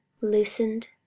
loosened